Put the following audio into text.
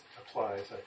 applies